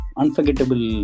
unforgettable